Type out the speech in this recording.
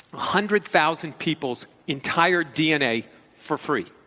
hundred thousand people's entire dna for free.